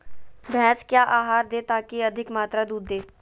भैंस क्या आहार दे ताकि अधिक मात्रा दूध दे?